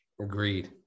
Agreed